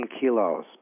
kilos